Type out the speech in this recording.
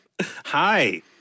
Hi